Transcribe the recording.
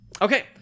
Okay